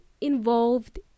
involved